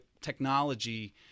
technology